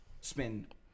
Spend